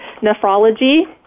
Nephrology